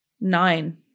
nine